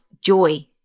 joy